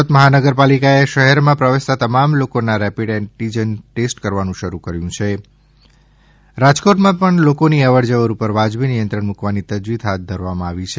સુરત મહાનગરપાલિકાએ શહેરમાં પ્રવેશતા તમામ લોકોના રેપિડ એંટીજન ટેસ્ટ કરવાનું શરૂ કર્યું છે તો રાજકોટમાં પણ લોકો ની અવરજવર ઉપર વાજબી નિયંત્રણ મૂકવાની તજવીજ હાથ ધરાઈ છે